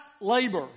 labor